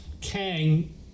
Kang